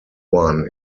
one